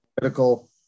critical